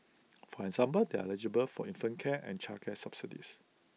for example they are eligible for infant care and childcare subsidies